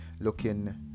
Looking